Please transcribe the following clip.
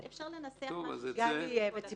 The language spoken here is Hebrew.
אפשר לנסח משהו שיכסה את הכול.